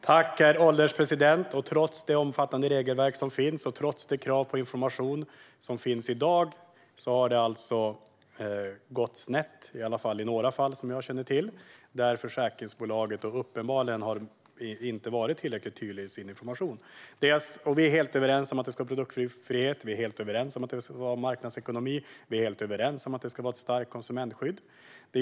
Herr ålderspresident! Trots det omfattande regelverk som finns, och trots de krav på information som finns i dag, har det alltså gått snett, i alla fall i några fall, där försäkringsbolaget uppenbarligen inte har varit tillräckligt tydlig i sin information. Vi är helt överens om att det ska vara produktfrihet, vi är helt överens om att det ska vara marknadsekonomi och vi är helt överens om att det ska vara ett starkt konsumentskydd.